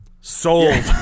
Sold